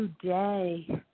today